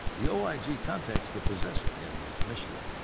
the oig contacts the possessor in michigan.